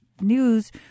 news